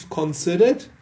considered